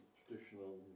traditional